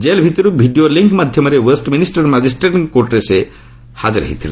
jail ଭିତର୍ video link ମାଧ୍ୟମରେ Westminster ମାଜିଷ୍ଟ୍ରେଟ୍ଙ୍କ କୋର୍ଟରେ ସେ ହାଜର ହୋଇଥିଲେ